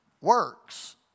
works